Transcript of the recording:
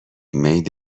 مید